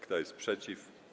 Kto jest przeciw?